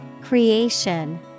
Creation